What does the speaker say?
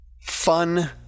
fun